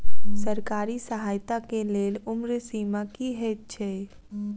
सरकारी सहायता केँ लेल उम्र सीमा की हएत छई?